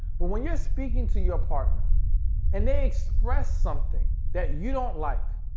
but when you're speaking to your partner and they express something that you don't like,